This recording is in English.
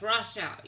Russia